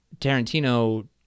Tarantino